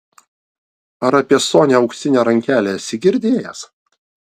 ar apie sonią auksinę rankelę esi girdėjęs